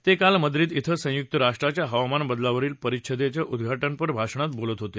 ते काल माद्रिद इथं संयुक्त राष्ट्राच्या हवामान बदलावरील परिषदेच्या उद्घटनपर भाषणात बोलत होते